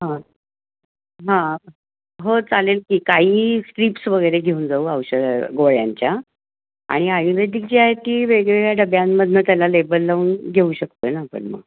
हां हां हो चालेल की काही स्ट्रीप्स वगैरे घेऊन जाऊ औषधा गोळ्यांच्या आणि आयुर्वेदिक जी आहेत ती वेगवेगळ्या डब्यांमधून त्याला लेबल लावून घेऊ शकतोय ना आपण मग